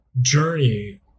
journey